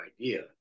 idea